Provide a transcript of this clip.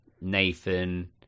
Nathan